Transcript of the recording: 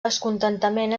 descontentament